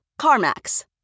CarMax